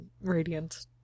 radiant